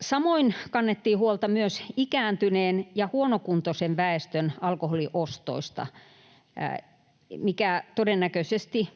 Samoin kannettiin huolta myös ikääntyneen ja huonokuntoisen väestön alkoholiostoista, mikä todennäköisesti